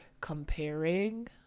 comparing